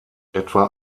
etwa